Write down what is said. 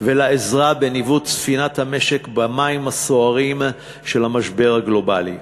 ולעזרה בניווט ספינת המשק במים הסוערים של המשבר הגלובלי.